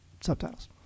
subtitles